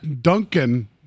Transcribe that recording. Duncan